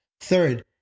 Third